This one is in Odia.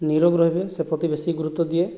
ନିରୋଗ ରହିବେ ସେ ପ୍ରତି ବେଶୀ ଗୁରୁତ୍ଵ ଦିଏ